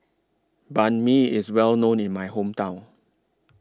Banh MI IS Well known in My Hometown